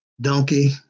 donkey